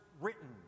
written